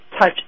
touch